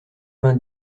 vingt